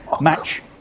match